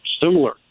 Similar